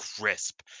crisp